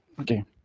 Okay